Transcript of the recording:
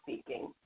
speaking